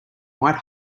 white